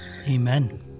Amen